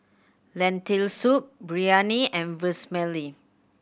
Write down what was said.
Lentil Soup Biryani and Vermicelli